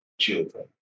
children